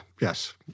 yes